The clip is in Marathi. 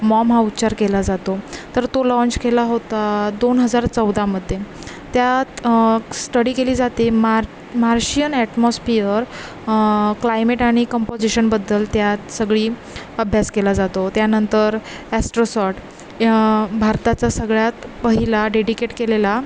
मॉम हा उच्चार केला जातो तर तो लॉन्च केला होता दोन हजार चौदामध्ये त्यात स्टडी केली जाते मार मार्शियन ॲटमॉस्पियर क्लायमेट आणि कम्पोझिशनबद्दल त्यात सगळी अभ्यास केला जातो त्यानंतर ॲस्ट्रोसॉट भारताचा सगळ्यात पहिला डेडिकेट केलेला